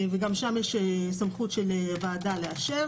וגם שם יש סמכות של ועדה לאשר